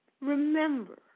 remember